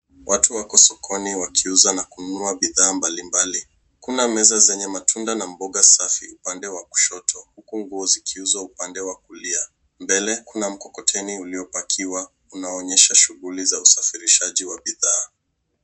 Watu wako sokoni wakiuza na kununua bidhaa mbalimbali. Kuna meza zenye matunda na mboga safi upande wa kushoto huku nguo zikiuzwa upande wa kulia. Mbele kuna mkokoteni uliopakiwa unaoonyesha shughuli za usafirishaji wa bidhaa.